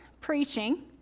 preaching